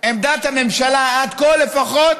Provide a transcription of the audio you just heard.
עמדת הממשלה, עד כה לפחות,